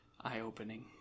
eye-opening